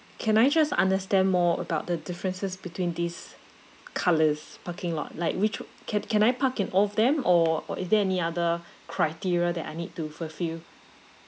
can I just understand more about the differences between this colours parking lot like which can can I park in all of them or or is there any other criteria that I need to fulfill